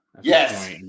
Yes